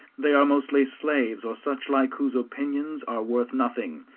they are mostly slaves or such like whose opinions are worth nothing.